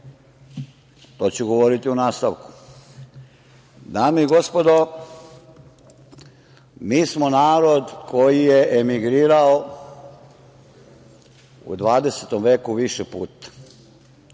to ću govoriti u nastavku. Dame i gospodo, mi smo narod koji je emigrirao u 20. veku više puta.